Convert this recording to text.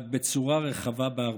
רק בצורה רחבה בהרבה: